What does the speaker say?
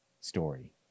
story